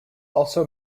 also